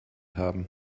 haben